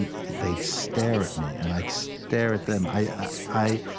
and they'd stare at me, and i'd stare at them. i i